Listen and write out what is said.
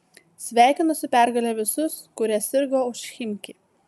sveikinu su pergale visus kurie sirgo už chimki